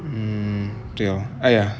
mm 对 lor !aiya!